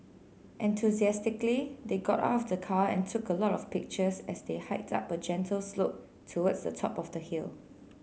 enthusiastically they got out of the car and took a lot of pictures as they hiked up a gentle slope towards the top of the hill